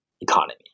economy